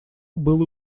было